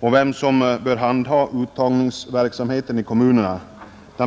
och vem som bör handha uttagningsverksamheten i kommunerna.